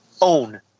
own